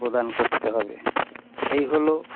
প্রদান করতে হবে এই হলো